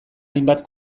hainbat